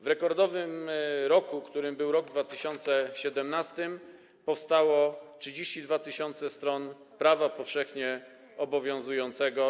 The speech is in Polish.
W rekordowym roku, którym był rok 2017, powstało 32 tys. stron prawa powszechnie obowiązującego.